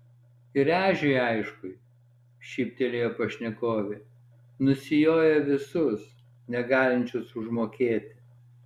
ir ežiui aišku šyptelėjo pašnekovė nusijoja visus negalinčius užmokėti